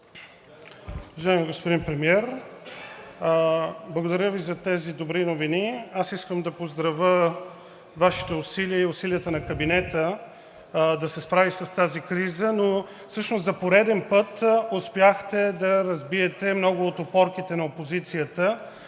Уважаеми господин Премиер, благодаря Ви за тези добри новини. Аз искам да поздравя Вашите усилия и усилията на кабинета да се справи с тази криза, но всъщност за пореден път успяхте да разбиете много от опорките на опозицията,